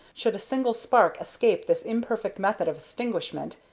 should a single spark escape this imperfect method of extinguishment,